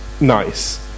nice